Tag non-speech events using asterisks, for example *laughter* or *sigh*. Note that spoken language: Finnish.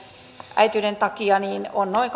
äitiyden takia on noin *unintelligible*